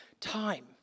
time